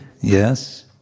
Yes